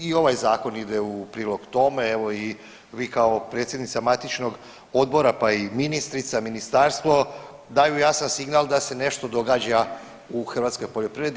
I ovaj zakon ide u prilog k tome, evo i vi kao predsjednica matičnog odbora, pa i ministrica, ministarstvo daju jasan signal da se nešto događa u hrvatskoj poljoprivredi.